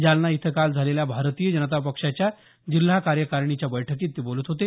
जालना इथं काल झालेल्या भारतीय जनता पक्षाच्या जिल्हा कार्यकारिणीच्या बैठकीत ते बोलत होते